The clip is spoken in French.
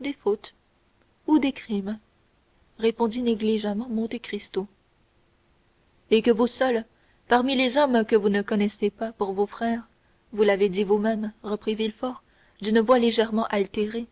des fautes ou des crimes répondit négligemment monte cristo et que vous seul parmi les hommes que vous ne reconnaissez pas pour vos frères vous l'avez dit vous-même reprit villefort d'une voix légèrement altérée